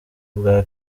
bwa